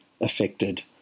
affected